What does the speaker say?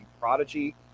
Prodigy